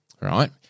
Right